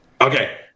Okay